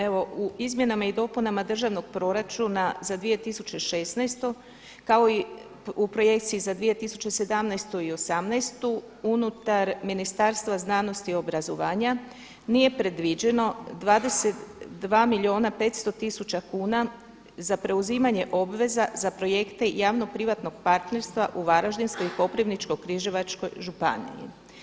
Evo u izmjenama i dopunama državnog proračuna za 2016. kao i projekciji za 2017. i 2018. unutar Ministarstva znanosti i obrazovanja nije predviđeno 22 milijuna 500 tisuća kuna za preuzimanje obveza za projekte javno privatnog partnerstva u Varaždinskoj i Koprivničko–križevačkoj županiji.